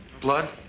Blood